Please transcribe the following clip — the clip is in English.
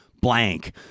blank